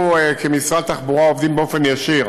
אנחנו במשרד התחבורה עובדים באופן ישיר